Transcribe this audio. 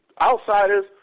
Outsiders